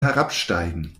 herabsteigen